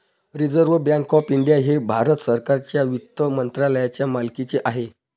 reserve Bank of India हे भारत सरकारच्या वित्त मंत्रालयाच्या मालकीचे आहे